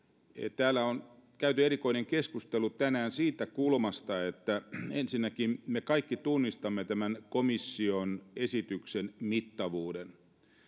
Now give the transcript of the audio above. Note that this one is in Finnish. täällä on tänään käyty erikoinen keskustelu ensinnäkin siitä kulmasta että me kaikki tunnistamme tämän komission esityksen mittavuuden ja